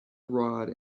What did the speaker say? rod